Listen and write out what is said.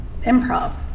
improv